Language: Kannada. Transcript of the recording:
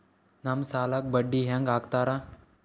ನಮ್ ಸಾಲಕ್ ಬಡ್ಡಿ ಹ್ಯಾಂಗ ಹಾಕ್ತಾರ?